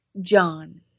John